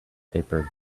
paper